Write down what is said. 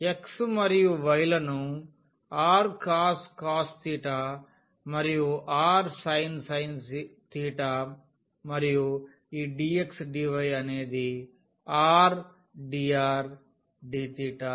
x మరియు y లను rcos మరియు rsin మరియు ఈ DX dy అనేది r dr dθఅవుతుంది